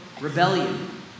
rebellion